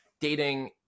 dating